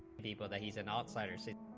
people that he's an outsider says